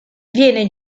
viene